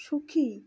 সুখী